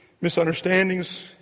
Misunderstandings